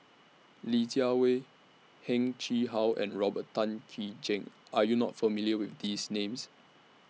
Li Jiawei Heng Chee How and Robert Tan Jee Keng Are YOU not familiar with These Names